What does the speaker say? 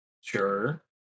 sure